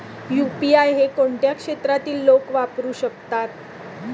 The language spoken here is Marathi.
यु.पी.आय हे कोणत्या क्षेत्रातील लोक वापरू शकतात?